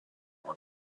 are